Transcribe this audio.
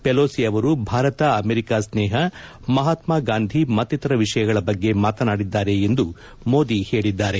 Pelosi ಅವರು Bharat America ಸ್ನೇಹ ಮಹಾತ್ಗಾಗಾಂಧಿ ಮತ್ತಿತರ ವಿಷಯಗಳ ಬಗ್ಗೆ ಮಾತನಾಡಿದ್ದಾರೆ ಎಂದು ಮೋದಿ ಹೇಳಿದ್ದಾರೆ